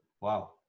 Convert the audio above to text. Wow